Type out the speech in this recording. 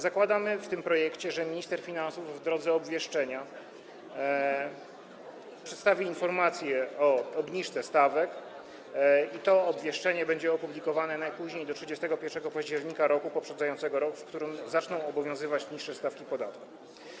Zakładamy w tym projekcie, że minister finansów w drodze obwieszczenia przedstawi informację o obniżce stawek i to obwieszczenie będzie opublikowane najpóźniej do 31 października roku poprzedzającego rok, w którym zaczną obowiązywać niższe stawki podatku.